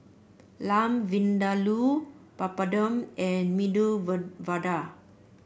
Lamb Vindaloo Papadum and Medu Vada